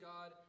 God